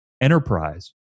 enterprise